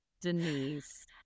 Denise